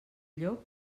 llop